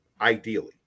ideally